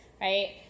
right